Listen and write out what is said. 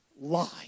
lie